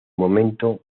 momento